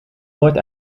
noord